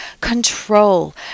Control